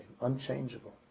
Unchangeable